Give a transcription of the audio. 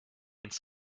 ins